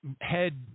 head